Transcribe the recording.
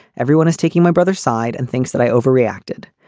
everyone is taking my brother's side and thinks that i overreacted.